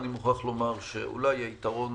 אני מוכרח לומר שאולי היתרון